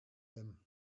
them